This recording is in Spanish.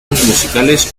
musicales